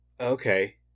Okay